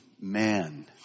man